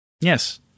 Yes